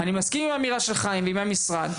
אני מסכים עם האמירה של חיים ושל המשרד,